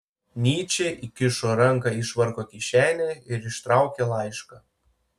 nyčė įkišo ranką į švarko kišenę ir ištraukė laišką